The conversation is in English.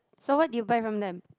so what do you buy from them